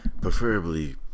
preferably